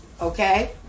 Okay